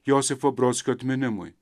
josifo brodskio atminimui